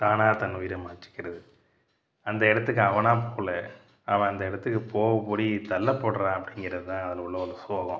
தானா தன் உயிரை மாச்சுக்கறது அந்த இடத்துக்கு அவனாக போகல அவன் அந்த இடத்துக்கு போக கூடி தள்ளப்படுறான் அப்படிங்கறது தான் அதில் உள்ள ஒரு சோகம்